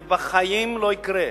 זה בחיים לא יקרה.